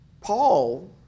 paul